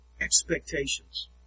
expectations